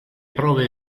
prove